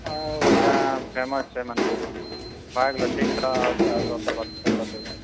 ओहिठमा फेमस छै मन्दिर ओ भए गेलए ठीक छ आरो बाद मे बतेबो